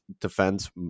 defense